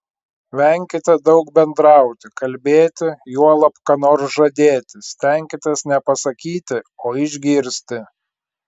venkite daug bendrauti kalbėti juolab ką nors žadėti stenkitės ne pasakyti o išgirsti